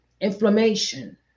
inflammation